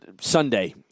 Sunday